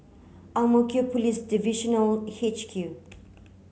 Ang Mo Kio Police Divisional H Q